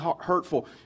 hurtful